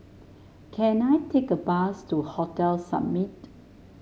can I take a bus to Hotel Summit